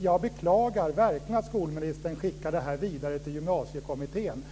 Jag beklagar verkligen att skolministern skickar det här vidare till Gymnasiekommittén.